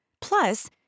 plus